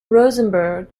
rosenberg